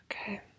Okay